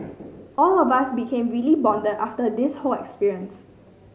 all of us became really bonded after this whole experience